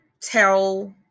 tell